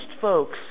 folks